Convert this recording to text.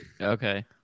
Okay